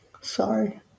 Sorry